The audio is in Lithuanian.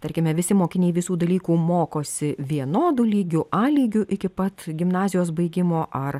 tarkime visi mokiniai visų dalykų mokosi vienodu lygiu a lygiu iki pat gimnazijos baigimo ar